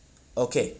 okay